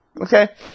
Okay